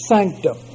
Sanctum